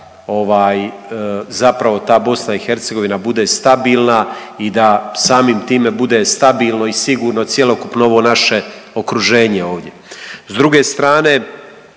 zapravo ta BiH bude stabilna i da samim time bude stabilno i sigurno cjelokupno ovo naše okruženje ovdje. S druge strane,